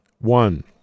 One